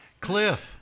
Cliff